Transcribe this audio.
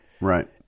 Right